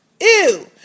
Ew